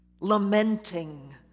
lamenting